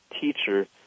teacher